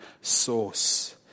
source